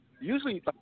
usually